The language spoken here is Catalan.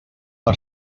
per